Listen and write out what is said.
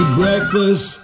breakfast